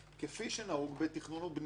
כפי שנהוג בתכנון ובנייה,